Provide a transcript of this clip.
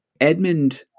Edmund